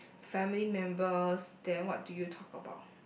family members then what do you talk about